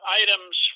items